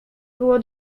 było